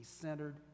centered